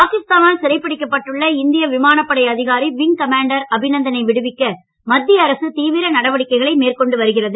பாகிஸ்தானால் சிறைப்பிடிக்கப்பட்டுள்ள இந்திய விமானப்படை அதிகாரி விங் கமாண்டர் அபிநந்தனை விடுவிக்க மத்திய அரசு தீவிர நடவடிக்கைகளை மேற்கொண்டு வருகிறது